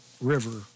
River